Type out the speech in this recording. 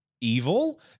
evil